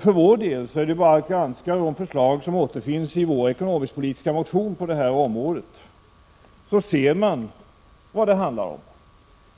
För vår del är det bara att granska de förslag som återfinns i vår ekonomiskpolitiska motion på det här området. Då ser man vad det handlar om.